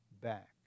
back